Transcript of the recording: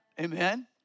Amen